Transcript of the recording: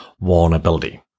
vulnerability